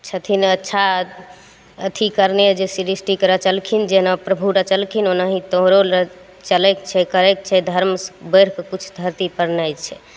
छथिन अच्छा अथी करने जे सृष्टिके रचलखिन जेना प्रभु रचलखिन ओनाही तोहरो चलयके छै करयके छै धर्मसँ बढ़िकऽ किछु धरतीपर नहि छै